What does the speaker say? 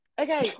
Okay